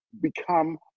become